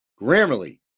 Grammarly